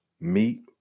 meat